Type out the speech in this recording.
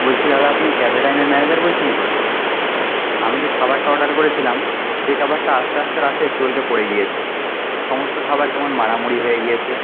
বলছি দাদা আপনি ক্যাফে টাইমের ম্যানেজার বলছেন তো আমি যে খাবারটা অর্ডার করেছিলাম সেই খাবারটা আসতে আসতে রাস্তায় চলকে পড়ে গিয়েছে সমস্ত খাবার কেমন মাড়ামোড়ি হয়ে গিয়েছে